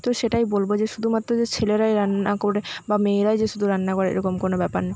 তো সেটাই বলবো যে শুধুমাত্র যে ছেলেরাই রান্না করে বা মেয়েরাই যে শুধু রান্না করে এরকম কোনো ব্যাপার